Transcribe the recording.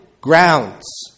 grounds